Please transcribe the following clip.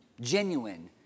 Genuine